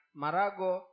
marago